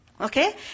Okay